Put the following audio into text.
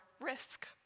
risk